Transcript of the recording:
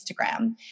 Instagram